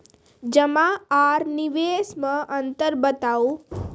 जमा आर निवेश मे अन्तर बताऊ?